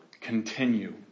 continue